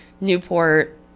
Newport